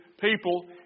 people